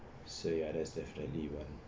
so ya that's definitely one